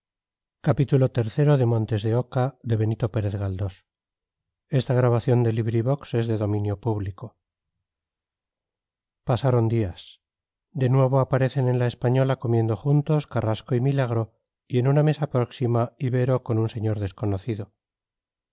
trasnochar pasaron días de nuevo aparecen en la española comiendo juntos carrasco y milagro y en una mesa próxima ibero con un señor desconocido